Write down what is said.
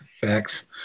facts